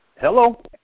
hello